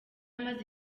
amaze